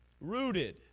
rooted